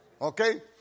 Okay